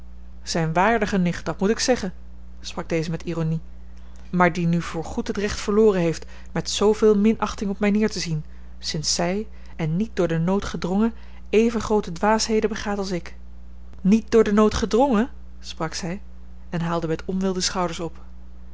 zijne waardige nicht dat moet ik zeggen sprak deze met ironie maar die nu voorgoed het recht verloren heeft met zooveel minachting op mij neer te zien sinds zij en niet door den nood gedrongen even groote dwaasheden begaat als ik niet door den nood gedrongen sprak zij en haalde met onwil de schouders op